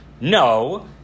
No